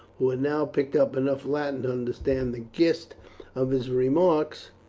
who had now picked up enough latin to understand the gist of his remarks,